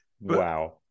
Wow